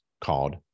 called